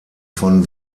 von